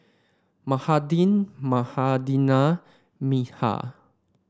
Mahade Manindra Milkha